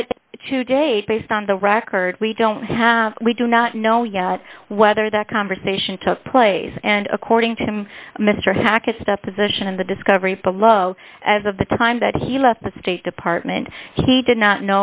to date based on the record we don't have we do not know yet whether that conversation took place and according to him mr hackett stuff position in the discovery below as of the time that he left the state department he did not